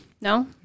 No